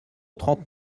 trente